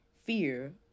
Fear